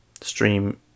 stream